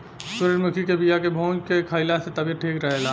सूरजमुखी के बिया के भूंज के खाइला से तबियत ठीक रहेला